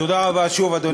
תודה רבה שוב, אדוני.